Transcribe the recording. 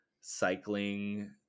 cycling